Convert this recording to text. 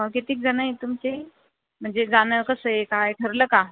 किती जणं आहे तुमचे म्हणजे जाणं कसं आहे काय ठरलं का